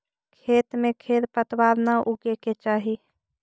खेत में खेर पतवार न उगे के चाही